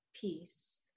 peace